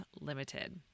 limited